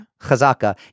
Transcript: Chazaka